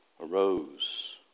arose